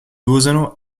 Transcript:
usano